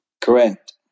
Correct